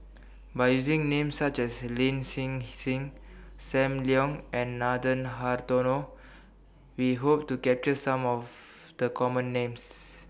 By using Names such as Lin Hsin Hsin SAM Leong and Nathan Hartono We Hope to capture Some of The Common Names